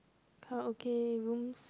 Karaoke room